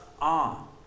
on